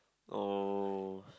oh